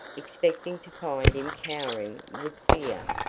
expecting to find him cowering with fear.